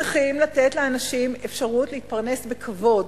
צריכים לתת לאנשים אפשרות להתפרנס בכבוד.